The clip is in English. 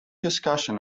discussion